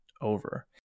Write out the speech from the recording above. over